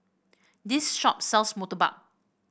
this shop sells murtabak